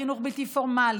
בחינוך בלתי פורמלי,